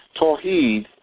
Tawheed